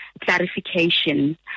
clarification